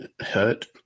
hurt